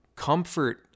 comfort